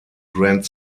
grand